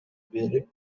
берип